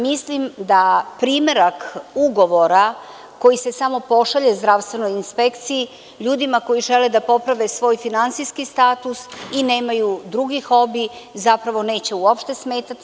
Mislim da primerak ugovora koji se samo pošalje Zdravstvenoj inspekciji, ljudima koji žele da poprave svoj finansijski status i nemaju drugi hobi, zapravo neće uopšte smetati.